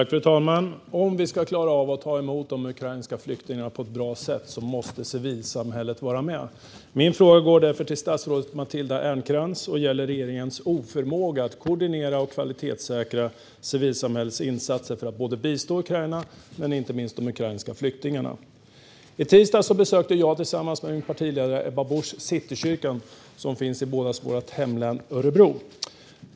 Fru talman! Om vi ska klara av att ta emot de ukrainska flyktingarna på ett bra sätt måste civilsamhället vara med. Min fråga går därför till statsrådet Matilda Ernkrans och gäller regeringens oförmåga att koordinera och kvalitetssäkra civilsamhällets insatser för att bistå Ukraina och inte minst de ukrainska flyktingarna. I tisdags besökte jag tillsammans med min partiledare Ebba Busch Citykyrkan, som finns i statsrådets och mitt hemlän Örebro.